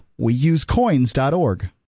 Weusecoins.org